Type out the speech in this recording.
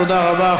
תודה רבה.